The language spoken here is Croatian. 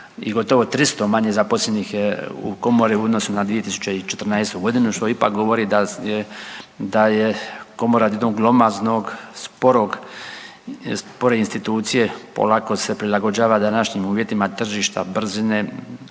i gotovo 300 manje zaposlenih u Komori u odnosu na 2014. g., što ipak govori da je Komora od jednog glomaznog spore institucije, polako se prilagođava današnjim uvjetima tržišta, brzine,